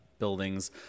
buildings